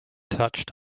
touched